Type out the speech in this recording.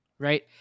right